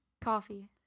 Coffee